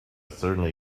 certainly